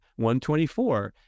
124